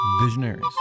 Visionaries